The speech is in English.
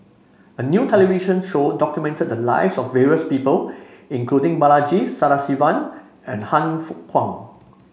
a new television show documented the lives of various people including Balaji Sadasivan and Han Fook Kwang